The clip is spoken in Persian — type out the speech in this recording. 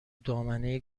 دامنه